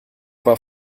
war